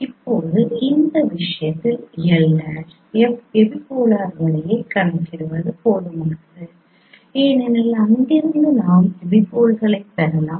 இப்போது இந்த விஷயத்தில் l' எபிபோலார் வரியைக் கணக்கிடுவது போதுமானது ஏனெனில் அங்கிருந்து நாம் எபிபோல்களைப் பெறலாம்